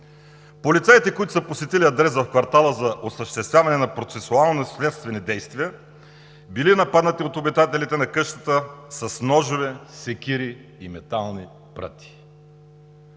Полицаите, които са посетили адрес в квартала за осъществяване на процесуално-следствени действия, били нападнати от обитателите на къщата с ножове, секири и метални пръти.